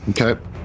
Okay